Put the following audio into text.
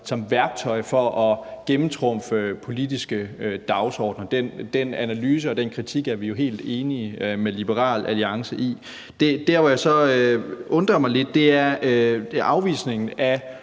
som værktøj til at gennemtrumfe politiske dagsordener. Den analyse og den kritik er vi jo helt enige med Liberal Alliance i. Der, hvor jeg så undrer mig lidt, er i forhold til afvisningen af